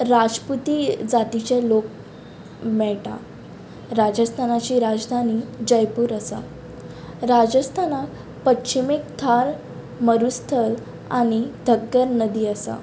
राजपुती जातीचे लोक मेळटात राजस्थानाची राजधानी जयपूर आसा राजस्थाना पच्छिमेक थाल मरुस्थल आनी थक्कर नदी आसा